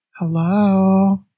Hello